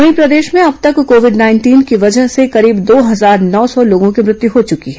वहीं प्रदेश में अब तक कोविड नाइंटीन के वजह से करीब दो हजार नौ सौ लोगों की मृत्यु हो चुकी है